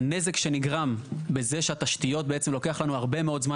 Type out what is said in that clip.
הנזק שנגרם בזה שהתשתיות בעצם לוקח לנו הרבה מאוד זמן